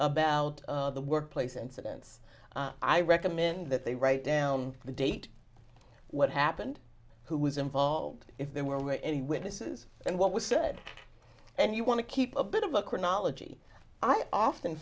about of the workplace incidents i recommend that they write down the date what happened who was involved if there were any witnesses and what was said and you want to keep a bit of a chronology i often